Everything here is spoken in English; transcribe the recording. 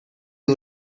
you